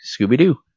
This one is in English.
Scooby-Doo